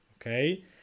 Okay